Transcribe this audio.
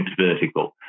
vertical